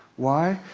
why?